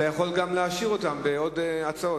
אתה יכול להעשיר אותם בעוד הצעות.